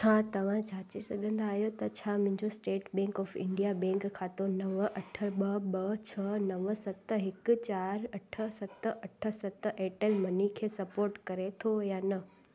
छा तव्हां जाचे सघंदा आहियो त छा मुंहिंजो state bank of India bank खातो नव अठ ॿ ॿ छह नव सत हिकु चारि अठ सत अठ सत एयरटेल मनी खे सपोर्ट करे थो या न